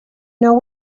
know